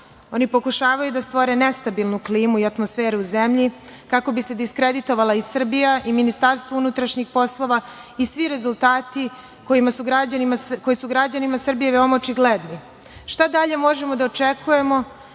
Oni pokušavaju da stvore nestabilnu klimu i atmosferu u zemlji, kako bi se diskreditovala i Srbija i MUP i svi rezultati koji su građanima Srbije veoma očigledni. Šta dalje možemo da očekujemo